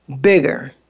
bigger